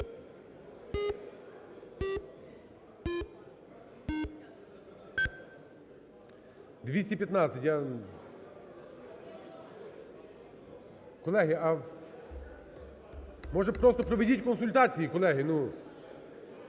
За-215 Колеги, а, може, просто проведіть консультації, колеги?